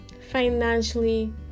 financially